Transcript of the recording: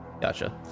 Gotcha